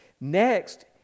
next